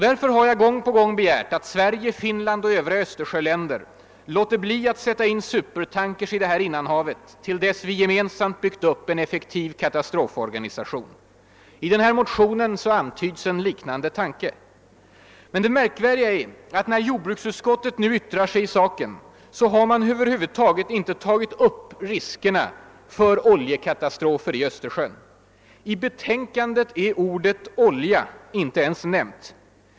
Därför har jag gång på gång begärt att Sverige, Finland och övriga Östersjöländer låter bli att sätta in supertankers i detta innanhav till dess vi gemensamt har byggt upp en effektiv katastroforganisation. I den här motionen antyds en liknande tanke. Men det märvärdiga är att när jordbruksutskottet nu yttrar sig i saken tar man över huvud inte upp riskerna för oljekatastrofer i Östersjön. I betänkandet är ordet »olja» inte ens nämnt!